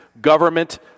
government